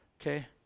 okay